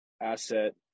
asset